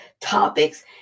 topics